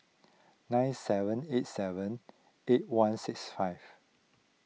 nine seven eight seven eight one six five